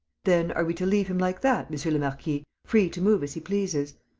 then are we to leave him like that, monsieur le marquis, free to move as he pleases?